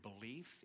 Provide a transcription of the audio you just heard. belief